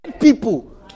people